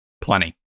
Plenty